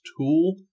tool